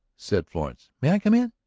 said florence. may i come in?